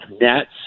nets